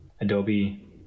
Adobe